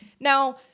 Now